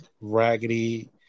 raggedy